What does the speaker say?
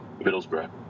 Middlesbrough